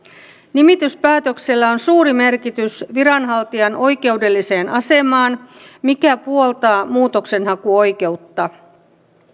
nimityspäätöksellä on suuri merkitys viranhaltijan oikeudelliselle asemalle mikä puoltaa muutoksenhakuoikeutta